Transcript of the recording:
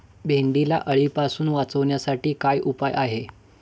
भेंडीला अळीपासून वाचवण्यासाठी काय उपाय आहे?